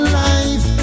life